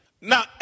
now